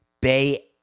Bay